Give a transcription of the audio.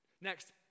Next